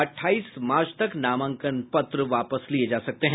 अठाईस मार्च तक नामांकन पत्र वापस लिए जा सकते हैं